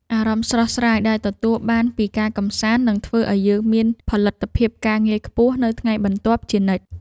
អារម្មណ៍ស្រស់ស្រាយដែលទទួលបានពីការកម្សាន្តនឹងធ្វើឱ្យយើងមានផលិតភាពការងារខ្ពស់នៅថ្ងៃបន្ទាប់ជានិច្ច។